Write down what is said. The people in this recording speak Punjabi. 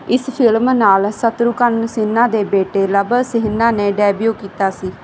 ਇਸ ਫਿਲਮ ਨਾਲ ਸ਼ਤਰੂਘਨ ਸਿਨਹਾ ਦੇ ਬੇਟੇ ਲਵ ਸਿਨਹਾ ਨੇ ਡੈਬਿਊ ਕੀਤਾ ਸੀ